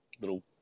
little